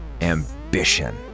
ambition